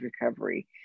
recovery